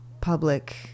public